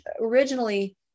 originally